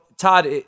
Todd